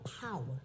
power